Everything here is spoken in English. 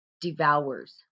devours